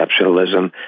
exceptionalism